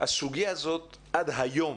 הסוגיה הזאת עד היום